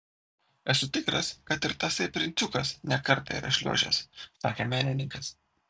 esu tikras kad ir tasai princiukas ne kartą yra šliuožęs sakė menininkas